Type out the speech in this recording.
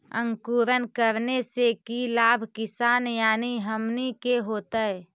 अंकुरण करने से की लाभ किसान यानी हमनि के होतय?